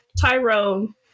Tyrone